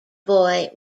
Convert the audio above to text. boy